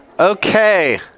Okay